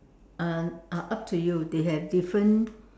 uh uh up to you they have different